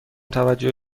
توجه